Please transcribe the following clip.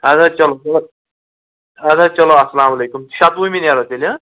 اَچھا چلو اَسا چلو اَدٕ حظ چلو اسلام علیکُم شَتوُہمی نیرو تیٚلہِ ہاں